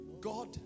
God